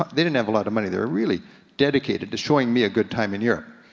they didn't have a lot of money, they were really dedicated to showing me a good time in europe.